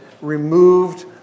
removed